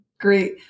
great